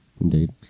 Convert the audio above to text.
Indeed